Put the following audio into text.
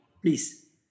Please